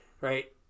Right